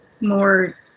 more